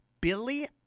Billy